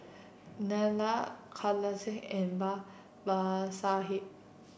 Neila Kailash and Babasaheb